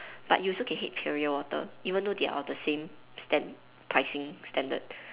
but you also can hate perrier water even though they are of the same stand~ pricing standard